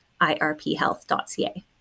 IRPHealth.ca